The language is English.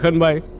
and my